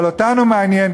אבל אותנו מעניין,